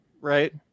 right